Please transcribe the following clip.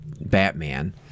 Batman